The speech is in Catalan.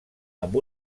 amb